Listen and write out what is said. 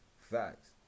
Facts